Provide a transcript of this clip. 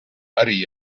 äri